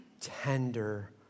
tender